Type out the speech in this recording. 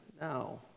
No